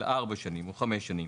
של ארבע או חמש שנים,